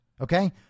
okay